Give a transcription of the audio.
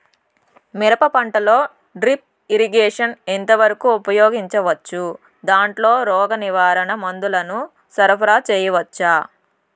మిరప పంటలో drip irrigation ఎంత వరకు ఉపయోగించవచ్చు, దాంట్లో రోగ నివారణ మందుల ను సరఫరా చేయవచ్చా?